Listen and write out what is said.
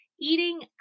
eating